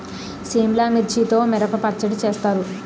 సిమ్లా మిర్చితో మిరప పచ్చడి చేస్తారు